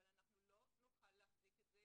אבל אנחנו לא נוכל להחזיק את זה